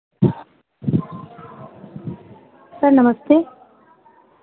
sir नमस्ते